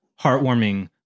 heartwarming